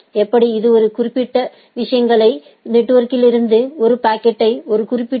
எப்படி இது ஒரு குறிப்பிட்ட நெட்வொர்கிலிருந்து ஒரு பாக்கெட்டை ஒரு குறிப்பிட்ட ஏ